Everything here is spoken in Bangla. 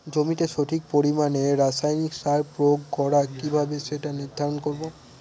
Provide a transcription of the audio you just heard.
জমিতে সঠিক পরিমাণে রাসায়নিক সার প্রয়োগ করা কিভাবে সেটা নির্ধারণ করব?